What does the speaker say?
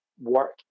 work